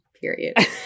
Period